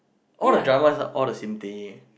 all the drama is like all the same thing